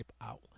out